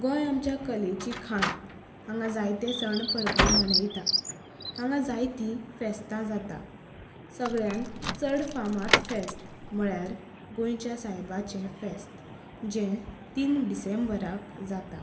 गोंय आमच्या कलेची खाण हांगा जायतें सण परबो मनयता हांगा जायतीं फेस्तां जाता सगळ्यांन चड फामाद फेस्त म्हळ्यार गोंयच्या सायबाचें फेस्त जें तीन डिसेंबराक जाता